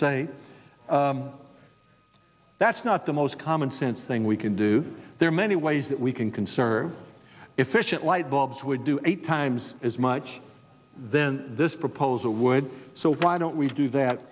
say that's not the most common sense thing we can do there are many ways that we can conserve efficient light bulbs would do eight times as much then this proposal would so why don't we do that